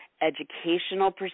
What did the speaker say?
educational